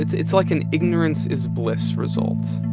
it's it's like an ignorance-is-bliss result